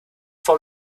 for